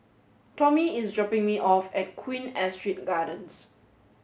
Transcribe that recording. Tommy is dropping me off at Queen Astrid Gardens